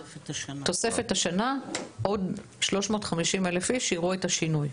תוספת השנה עוד 350,000 איש שיראו את השינוי.